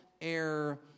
Air